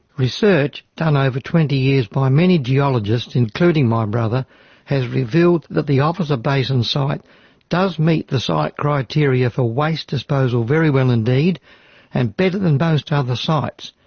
research done over twenty years by many geologists including my brother has revealed that the officer basin site does meet the site criteria for waste disposal very well indeed and better than most other sites.